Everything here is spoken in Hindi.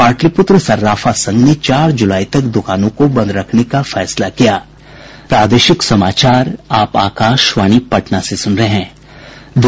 पाटलिपुत्र सर्राफा संघ ने चार जुलाई तक दुकानों को बंद रखने का फैसला किया है